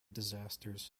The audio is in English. disasters